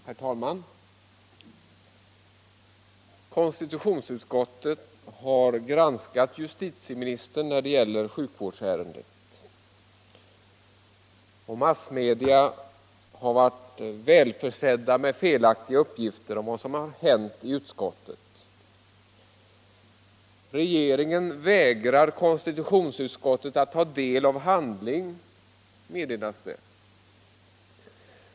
Herr talman! Konstitutionsutskottet har granskat justitieministern när det gäller sjukvårdsärendet, och massmedia har varit välförsedda med felaktiga uppgifter om vad som har hänt i utskottet. Regeringen vägrar konstitutionsutskottet att ta del av handling, meddelas det.